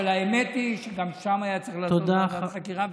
אבל האמת היא שגם שם היה צריך לעשות ועדת חקירה,